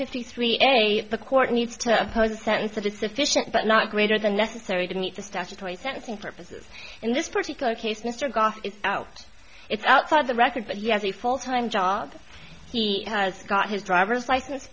fifty three a the court needs to impose a sentence that is sufficient but not greater than necessary to meet the statutory sentencing purposes in this particular case mr goff is out it's outside of the record but he has a full time job he has got his driver's license